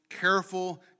careful